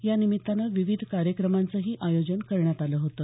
यानिमित्तानं विविध कार्यक्रमांचही आयोजन करण्यात आलं होतं